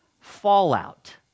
fallout